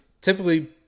typically